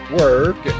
work